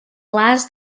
last